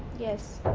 yes.